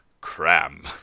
Cram